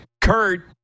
Kurt